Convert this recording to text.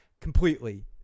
completely